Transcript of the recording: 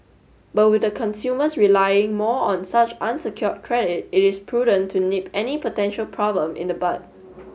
but with consumers relying more on such unsecured credit it is prudent to nip any potential problem in the bud